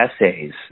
essays